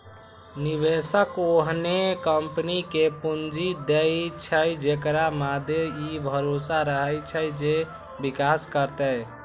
निवेशक ओहने कंपनी कें पूंजी दै छै, जेकरा मादे ई भरोसा रहै छै जे विकास करतै